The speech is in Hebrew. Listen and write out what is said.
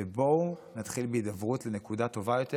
ובואו נתחיל בהידברות לנקודה טובה יותר.